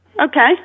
Okay